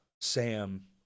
sam